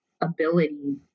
ability